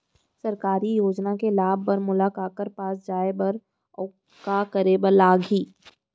सरकारी योजना के लाभ बर मोला काखर पास जाए बर अऊ का का करे बर लागही?